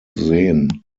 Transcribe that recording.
sehen